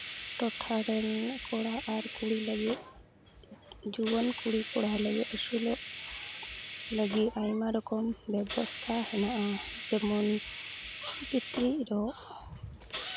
ᱴᱚᱴᱷᱟ ᱨᱮᱱ ᱠᱚᱲᱟ ᱟᱨ ᱠᱩᱲᱤ ᱞᱟᱹᱜᱤᱫ ᱡᱩᱣᱟᱹᱱ ᱠᱩᱲᱤ ᱠᱚᱲᱟ ᱞᱟᱹᱜᱤᱫ ᱟᱹᱥᱩᱞᱚᱜ ᱞᱟᱹᱜᱤᱫ ᱟᱭᱢᱟ ᱨᱚᱠᱚᱢ ᱵᱮᱵᱚᱥᱛᱷᱟ ᱦᱮᱱᱟᱜᱼᱟ ᱡᱮᱢᱚᱱ ᱠᱤᱪᱨᱤᱡ ᱨᱚᱜ